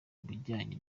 bijyanye